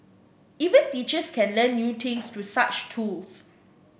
even teachers can learn new things through such tools